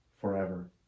forever